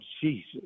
Jesus